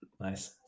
nice